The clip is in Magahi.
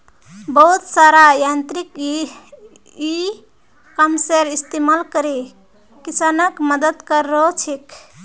बहुत सारा यांत्रिक इ कॉमर्सेर इस्तमाल करे किसानक मदद क र छेक